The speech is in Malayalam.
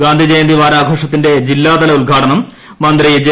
ഗാന്ധിജയന്തി വാരാഘോഷത്തിന്റെ ജ്ല്ലാത്ത്ല ഉദ്ഘാടനം മന്ത്രി ജെ